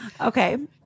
Okay